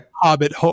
hobbit